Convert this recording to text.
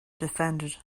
defended